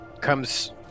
comes